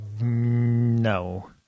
No